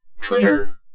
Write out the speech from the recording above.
Twitter